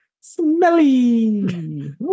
Smelly